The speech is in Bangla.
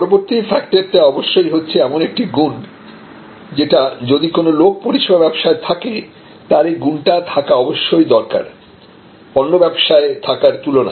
পরবর্তী ফ্যাক্টরটা অবশ্যই হচ্ছে এমন একটি গুণ যেটা যদি কোন লোক পরিষেবা ব্যবসায় থাকে তার এই গুন টা থাকা অবশ্যই দরকারপণ্য ব্যবসায় থাকার তুলনায়